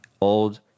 old